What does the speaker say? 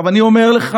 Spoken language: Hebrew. אני אומר לך